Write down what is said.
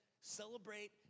Celebrate